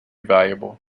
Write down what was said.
valuable